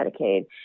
Medicaid